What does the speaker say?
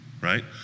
right